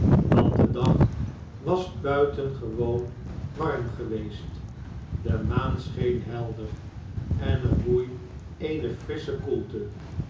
want de dag was buitengewoon warm geweest de maan scheen helder en er woei eene frissche koelte